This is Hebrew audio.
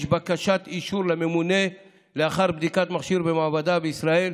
בקשת אישור לממונה לאחר בדיקת המכשיר במעבדה בישראל,